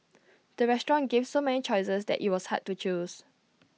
the restaurant gave so many choices that IT was hard to choose